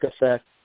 effect